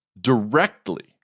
directly